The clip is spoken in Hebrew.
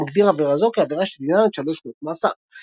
ומגדיר עבירה זו כעבירה שדינה עד שלוש שנות מאסר.